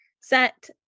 set